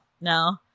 No